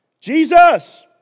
Jesus